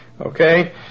Okay